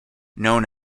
known